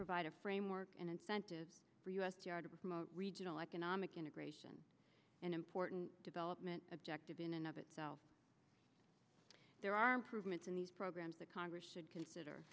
provide a framework and incentive for us yards from a regional economic integration an important development objective in and of itself there are improvements in these programs that congress should consider